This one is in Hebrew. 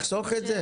לחסוך את זה.